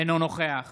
אינו נוכח